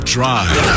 Drive